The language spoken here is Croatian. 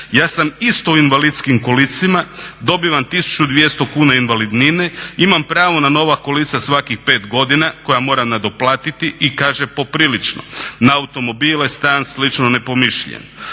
"Ja sam isto u invalidskim kolicima, dobivam tisuću 200 kuna invalidnine, imam pravo na nova kolica svakih pet godina koja moram nadoplatiti i kaže poprilično. Na automobile, stan slično ne pomišljam".